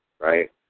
right